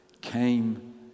came